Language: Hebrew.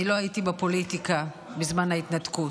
אני לא הייתי בפוליטיקה בזמן ההתנתקות,